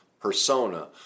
persona